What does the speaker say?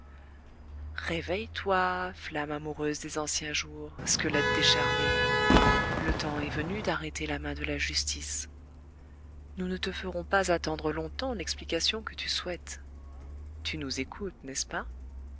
réveille-toi flamme amoureuse des anciens jours squelette décharné le temps est venu d'arrêter la main de la justice nous ne te ferons pas attendre longtemps l'explication que tu souhaites tu nous écoutes n'est-ce pas